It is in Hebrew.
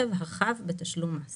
אני